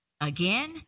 again